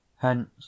Hence